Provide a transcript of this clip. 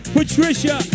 Patricia